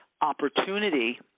opportunity